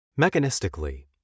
Mechanistically